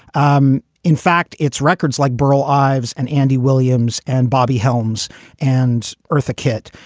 um in fact, it's records like burl ives and andy williams and bobby helms and eartha kitt.